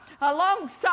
alongside